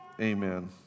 amen